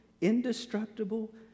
indestructible